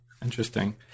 Interesting